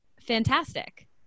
fantastic